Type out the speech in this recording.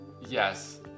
yes